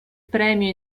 premio